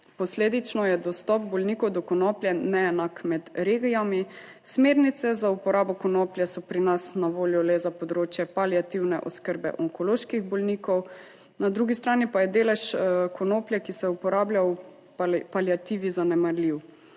Posledično je dostop bolnikov do konoplje neenak med regijami, smernice za uporabo konoplje so pri nas na voljo le za področje paliativne oskrbe onkoloških bolnikov, na drugi strani pa je delež konoplje, ki se uporablja v paliativi zanemarljiv!